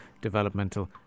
developmental